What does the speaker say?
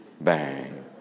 bang